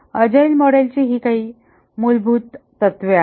agile मॉडेलची ही काही मूलभूत तत्त्वे आहेत